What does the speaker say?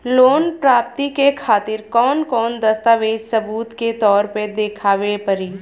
Loan प्राप्ति के खातिर कौन कौन दस्तावेज सबूत के तौर पर देखावे परी?